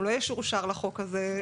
הוא לא ישורשר לחוק הזה.